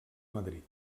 madrid